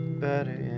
better